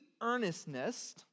earnestness